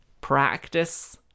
practice